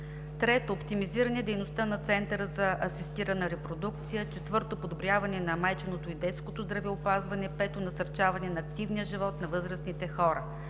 среда; 3. оптимизиране дейността на Центъра за асистирана репродукция; 4. подобряване на майчиното и детското здравеопазване; 5. насърчаване на активния живот на възрастните хора;